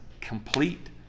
complete